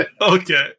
Okay